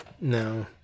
No